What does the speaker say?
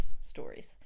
stories